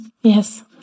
Yes